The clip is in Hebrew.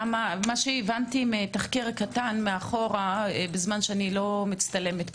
מה שהבנתי מתחקיר קטן מאחורה בזמן שאני לא מצטלמת פה,